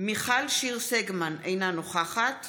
מיכל שיר סגמן, אינה נוכחת